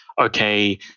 Okay